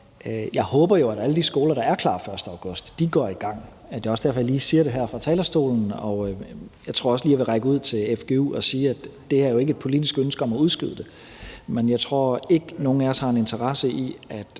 jo håber, at alle de skoler, der er klar den 1. august, går i gang. Det er også derfor, jeg lige siger det her fra talerstolen, og jeg tror også lige, jeg vil række ud til fgu og sige, at det her jo ikke er et politisk ønske om at udskyde det. Men jeg tror ikke, nogen af os har en interesse i,